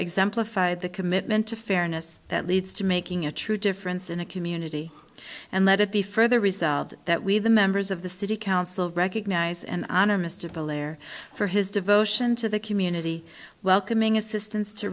exemplify the commitment to fairness that leads to making a true difference in a community and let it be further resolved that we the members of the city council recognize and honor mr blair for his devotion to the community welcoming assistance to